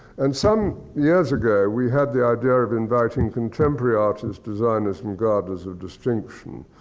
and some years ago, we had the idea of inviting contemporary artists, designers, and gardeners of distinction,